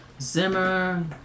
Zimmer